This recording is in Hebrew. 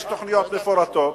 יש תוכניות מפורטות.